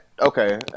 Okay